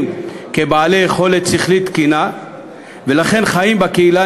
בעלי יכולת שכלית תקינה ולכן חיים בקהילה,